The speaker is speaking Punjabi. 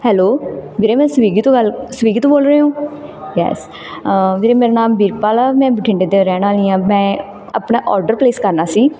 ਹੈਲੋ ਵੀਰੇ ਮੈਂ ਸਵੀਗੀ ਤੋਂ ਗੱਲ ਸਵੀਗੀ ਤੋਂ ਬੋਲ ਰਹੇ ਹੋ ਯੈਸ ਵੀਰੇ ਮੇਰਾ ਨਾਮ ਵੀਰਪਾਲ ਆ ਮੈਂ ਬਠਿੰਡੇ ਦੇ ਰਹਿਣ ਵਾਲੀ ਹਾਂ ਮੈਂ ਆਪਣਾ ਔਡਰ ਪਲੇਸ ਕਰਨਾ ਸੀ